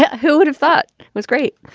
ah who would have thought was great?